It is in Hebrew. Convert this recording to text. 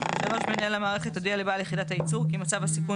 מנהל המערכת הודיע לבעל יחידת הייצור כי מצב הסיכון